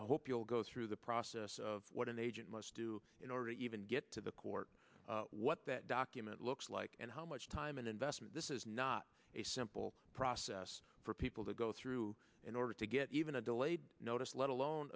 hope you'll go through the process of what an agent must do in order to even get to the court what that document looks like and how much time and investment this is not a simple process for people to go through in order to get even a delayed notice let alone